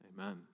Amen